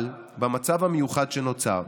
אבל במצב המיוחד שנוצר,